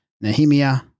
Nehemiah